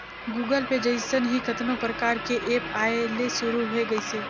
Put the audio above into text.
Google Pay जइसन ही कतनो परकार के ऐप आये ले शुरू होय गइसे